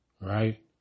right